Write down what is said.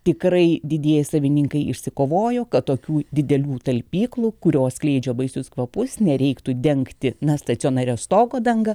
tikrai didieji savininkai išsikovojo kad tokių didelių talpyklų kurios skleidžia baisius kvapus nereiktų dengti na stacionaria stogo danga